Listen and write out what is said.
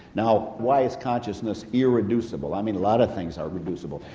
now why is consciousness irreducible? i mean a lot of things are reducible.